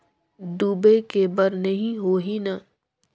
डूबे के बर नहीं होही न?